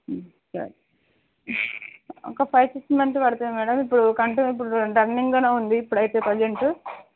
సరే ఒక five six months పడుతుంది మ్యడమ్ ఇప్పుడు కంటిన్యూ ఇప్పుడు రన్నింగ్లోనే ఉంది ఇప్పుడైతే ప్రెజెంటు